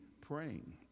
praying